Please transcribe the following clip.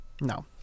No